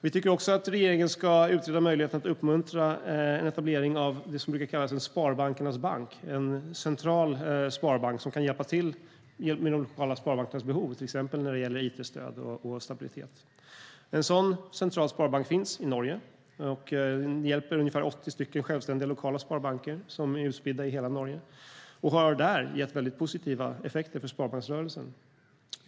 Vi tycker också att regeringen ska utreda möjligheten att uppmuntra etableringen av det som brukar kallas för en sparbankernas bank, en central sparbank som kan hjälpa till med de lokala sparbankernas behov till exempel när det gäller it-stöd och stabilitet. En sådan central sparbank finns i Norge. Den hjälper ungefär 80 självständiga, lokala sparbanker som är utspridda i hela Norge och har där gett väldigt positiva effekter för sparbanksrörelsen.